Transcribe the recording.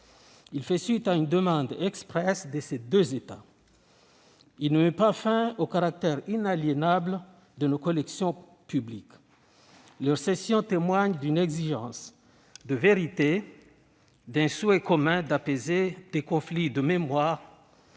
Il fait suite à une demande expresse de ces deux États. Il ne met pas fin au caractère inaliénable de nos collections publiques. Il témoigne d'une exigence de vérité, d'un souhait commun d'apaiser des conflits de mémoire,